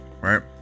right